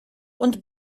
und